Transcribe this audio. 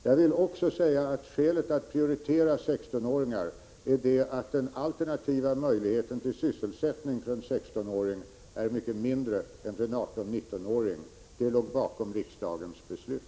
Jag vill också framhålla att skälet för att prioritera 16-åringar är att möjligheten för en 16-åring till alternativ sysselsättning är mycket mindre än för en 18 eller 19-åring. Det låg bakom riksdagens beslut.